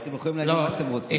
אבל אתם יכולים להגיד מה שאתם רוצים.